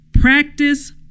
Practice